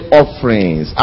offerings